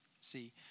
see